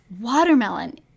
Watermelon